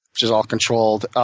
which is all controlled.